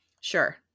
Sure